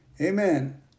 Amen